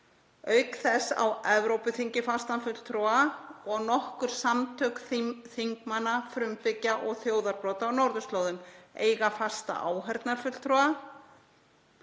auk þess á Evrópuþingið fastan fulltrúa. Nokkur samtök þingmanna, frumbyggja og þjóðarbrota á norðurslóðum eiga fasta áheyrnarfulltrúa